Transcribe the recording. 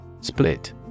Split